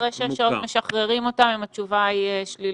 אחרי שש שעות משחררים אותם אם התשובה היא שלילית.